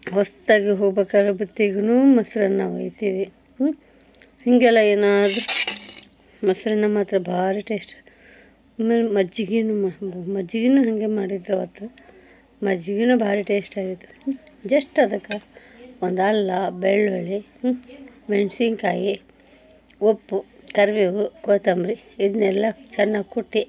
ಹೊಸದಾಗಿ ಹೋಗ್ಬೇಕಾದ್ರೆ ಬುತ್ತಿಗೂನು ಮೊಸರನ್ನ ಒಯ್ತೀವಿ ಹೀಗೆಲ್ಲ ಏನಾದರೂ ಮೊಸರನ್ನ ಮಾತ್ರ ಭಾರಿ ಟೇಸ್ಟದ ಆಮೇಲೆ ಮಜ್ಜಿಗೆಯೂ ಮಜ್ಜಿಗೆಯೂ ಹಾಗೆ ಮಾಡಿದರು ಆವತ್ತು ಮಜ್ಜಿಗೆಯೂ ಭಾರಿ ಟೇಸ್ಟ್ ಆಗೈತಿ ಜಸ್ಟ್ ಅದಕ್ಕೆ ಒಂದು ಅಲ್ಲ ಬೆಳ್ಳುಳ್ಳಿ ಮೆಣಸಿನ್ಕಾಯಿ ಉಪ್ಪು ಕರಿಬೇವು ಕೊತ್ತಂಬರಿ ಇದನ್ನೆಲ್ಲ ಚೆನ್ನಾಗಿ ಕುಟ್ಟಿ